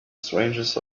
strangeness